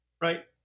right